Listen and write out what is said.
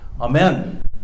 amen